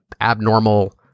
abnormal